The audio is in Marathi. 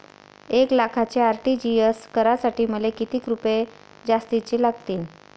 एक लाखाचे आर.टी.जी.एस करासाठी मले कितीक रुपये जास्तीचे लागतीनं?